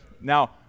Now